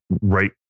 right